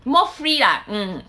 more free ah mm